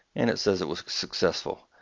and it says it was successful.